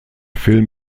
film